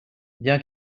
bien